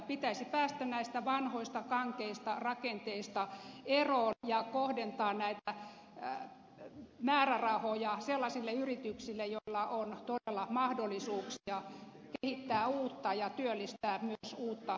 pitäisi päästä näistä vanhoista kankeista rakenteista eroon ja kohdentaa näitä määrärahoja sellaisille yrityksille joilla on todella mahdollisuuksia kehittää uutta ja työllistää myös uutta väkeä